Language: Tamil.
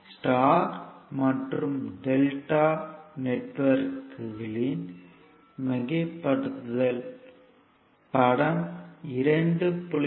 ஸ்டார் மற்றும் டெல்டா நெட்வொர்க்குகளின் மிகைப்படுத்தல் படம் 2